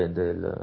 del